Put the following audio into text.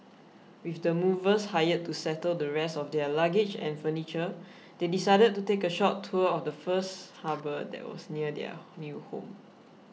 with the movers hired to settle the rest of their luggage and furniture they decided to take a short tour of the first harbour that was near their new home